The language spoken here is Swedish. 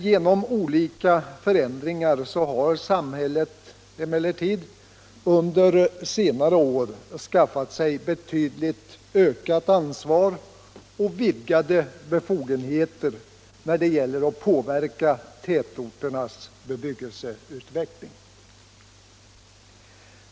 Genom olika förändringar har samhället emellertid under senare år skaffat sig betydligt ökat ansvar och vidgade befogenheter när det gäller att påverka tätorternas bebyggelseutveckling.